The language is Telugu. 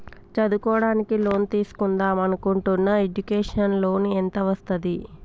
చదువుకోవడానికి లోన్ తీస్కుందాం అనుకుంటున్నా ఎడ్యుకేషన్ లోన్ ఎంత వస్తది?